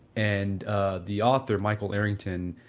and the author michael arrington,